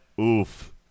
oof